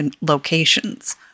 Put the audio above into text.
locations